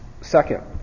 Second